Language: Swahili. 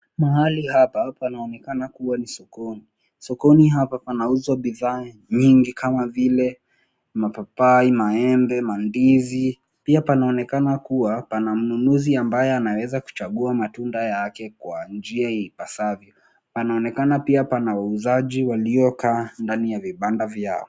Mahali hapa panaoneka kuwa ni sokoni. Sokoni hapa panauzwa bidhaa nyingi kama vile mapapai, maembe, mandizi. Pia panaonekana kuwa pana mnunuzi ambaye anaweza kuchagua matunda yake kwa njia ipasavyo. Panaonekana pia pana wauzaji waliokaa ndani ya vibanda vyao.